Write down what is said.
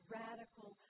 radical